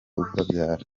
ubabyara